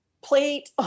plate